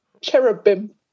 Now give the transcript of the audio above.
cherubim